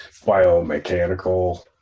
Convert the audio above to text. biomechanical